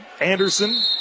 Anderson